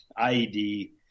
IED